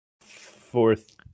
fourth